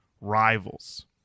Rivals